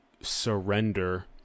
surrender